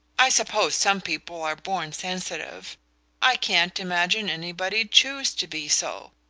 i suppose some people are born sensitive i can't imagine anybody'd choose to be so.